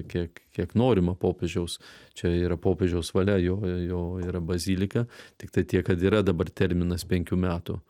kiek kiek norima popiežiaus čia yra popiežiaus valia jo jo yra bazilika tiktai tiek kad yra dabar terminas penkių metų